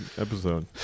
episode